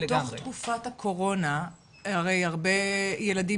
בתוך תקופת הקורונה הרי הרבה ילדים